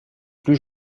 plus